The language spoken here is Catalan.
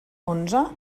onze